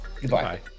Goodbye